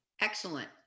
Excellent